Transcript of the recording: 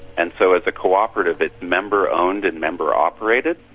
and so as a cooperative it's member-owned and member-operated.